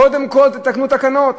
קודם כול תתקנו תקנות.